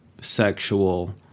sexual